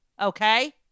Okay